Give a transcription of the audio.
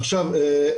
עכשיו,